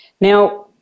Now